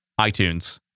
iTunes